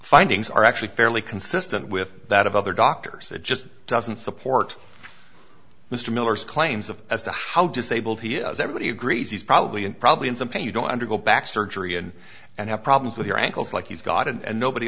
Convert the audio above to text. findings are actually fairly consistent with that of other doctors it just doesn't support mr miller's claims of as to how disabled he is everybody agrees he's probably and probably in some pain you don't undergo back surgery and and have problems with your ankles like he's got and nobody